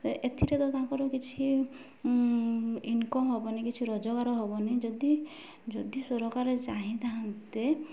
ଏଥିରେ ତ ତାଙ୍କର କିଛି ଇନକମ୍ ହେବନି କିଛି ରୋଜଗାର ହେବନି ଯଦି ଯଦି ସରକାର ଚାହିଁଥାନ୍ତେ